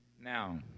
Now